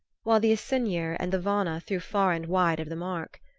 while the asyniur and the vana threw far and wide of the mark.